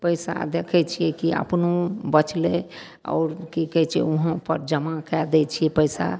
पइसा देखै छिए कि अपनो बचलै आओर कि कहै छै ओहोँपर जमा कै दै छिए पइसा